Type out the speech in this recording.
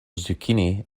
zucchini